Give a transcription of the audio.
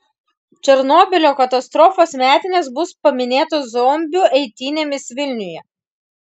černobylio katastrofos metinės bus paminėtos zombių eitynėmis vilniuje